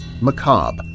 macabre